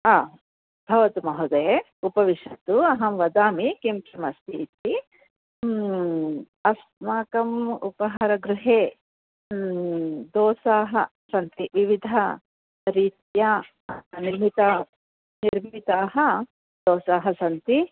हा भवतु महोदये उपविशतु अहं वदामि किं किम् अस्तीति अस्माकम् उपाहारगृहे दोसाः सन्ति विविधरीत्या निर्मिताः निर्मिताः दोसाः सन्ति